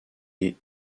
les